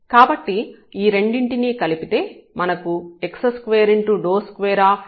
కాబట్టి ఈ రెండింటినీ కలిపితే మనకు x22u1u2x22xy2u1u2∂x∂yy22u1u2y22u10 అవుతుంది